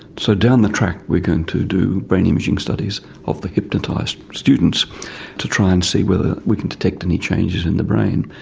so down the track we are going to do brain imaging studies of the hypnotised students to try and see whether we can detect any changes in the brain.